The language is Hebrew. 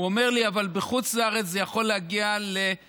הוא אומר לי: בחוץ לארץ זה יכול להגיע למאות,